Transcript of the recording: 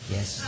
Yes